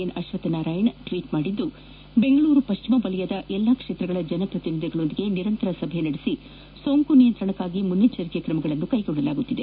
N Ashwath Narayana tweet ಮಾದಿ ಬೆಂಗಳೂರು ಪಶ್ಚಿಮ ವಲಯದ ಎಲ್ಲ ಕ್ಷೇತ್ರಗಳ ಜನಪ್ರತಿನಿಧಿಗಳೊಂದಿಗೆ ನಿರಂತರ ಸಭೆ ನಡೆಸಿ ಸೊಂಕು ನಿಯಂತ್ರಣಕ್ಕಾಗಿ ಮುಂಜಾಗ್ರತಾ ಕ್ರಮ ಕೈಗೊಳ್ಳಲಾಗುತ್ತಿದೆ